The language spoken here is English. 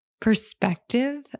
perspective